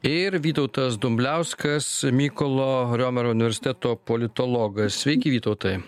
ir vytautas dumbliauskas mykolo romerio universiteto politologas sveiki vytautai